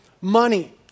money